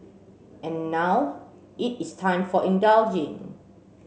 and now it is time for indulging